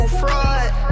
fraud